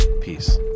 Peace